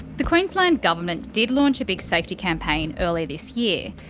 the queensland government did launch a big safety campaign earlier this year,